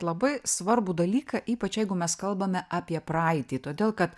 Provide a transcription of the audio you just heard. labai svarbų dalyką ypač jeigu mes kalbame apie praeitį todėl kad